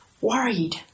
worried